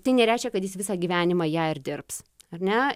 tai nereiškia kad jis visą gyvenimą ją ir dirbs ar ne